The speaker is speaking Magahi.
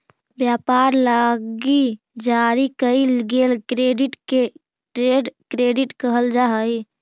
व्यापार लगी जारी कईल गेल क्रेडिट के ट्रेड क्रेडिट कहल जा हई